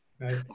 right